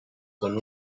con